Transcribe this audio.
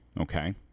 okay